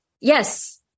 yes